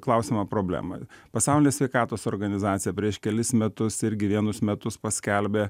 klausimą problemą pasaulinė sveikatos organizacija prieš kelis metus irgi vienus metus paskelbė